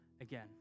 again